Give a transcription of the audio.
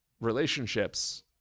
relationships